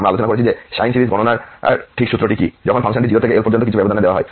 আমরা আলোচনা করেছি যে সাইন সিরিজ গণনার ঠিক সূত্রটি কী যখন ফাংশনটি 0 থেকে L পর্যন্ত কিছু ব্যবধানে দেওয়া হয়